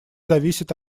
зависит